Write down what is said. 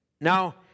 now